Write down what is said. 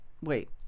Wait